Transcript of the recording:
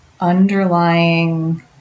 underlying